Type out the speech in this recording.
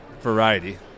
variety